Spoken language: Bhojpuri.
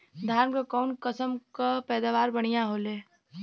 धान क कऊन कसमक पैदावार बढ़िया होले?